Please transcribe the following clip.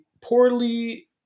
poorly